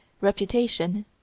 reputation